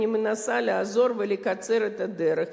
אני מנסה לעזור ולקצר את הדרך.